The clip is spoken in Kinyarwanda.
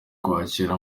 kwakira